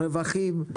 רווחים,